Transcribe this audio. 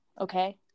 okay